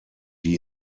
die